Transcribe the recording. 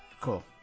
Cool